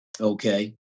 Okay